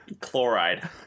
chloride